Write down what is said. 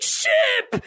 ship